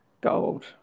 gold